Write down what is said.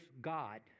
God